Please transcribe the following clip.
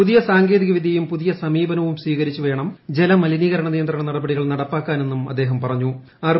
പുതിയ സാങ്കേതികവിദ്യയും പുതിയ സമീപനവും സ്വീകരിച്ചു വേണം ജലമലിനീകരണ നിയന്ത്രണ നടപടികൾ നടപ്പാക്കാൻ എന്നും അദ്ദേഹം പറഞ്ഞു